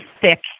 thick